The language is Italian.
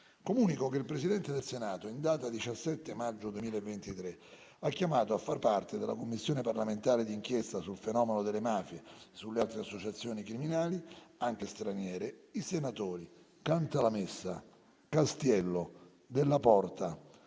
Comunico che il Presidente del Senato, in data 17 maggio 2023, ha chiamato a far parte della Commissione parlamentare di inchiesta sul fenomeno delle mafie e sulle altre associazioni criminali, anche straniere, i senatori: Cantalamessa, Castiello, Della Porta,